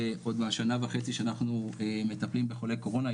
עוד מהשנה וחצי שאנחנו מטפלים בחולי קורונה,